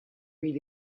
read